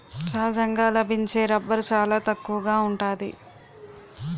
సహజంగా లభించే రబ్బరు చాలా తక్కువగా ఉంటాది